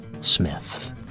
Smith